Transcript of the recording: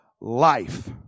life